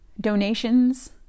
donations